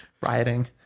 Rioting